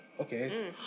Okay